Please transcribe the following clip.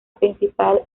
principal